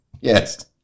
yes